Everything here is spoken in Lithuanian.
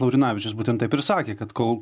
laurinavičius būtent taip ir sakė kad kol